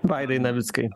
vaidai navickai